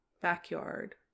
backyard